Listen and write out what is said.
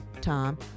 Tom